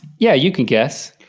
yeah, you can guess.